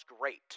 great